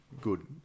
good